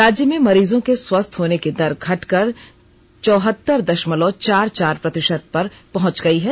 राज्य में मरीजों के स्वस्थ होने की दर घटकर चौहत्तर दषमलव चार चार प्रतिषत पर पहुंच गई है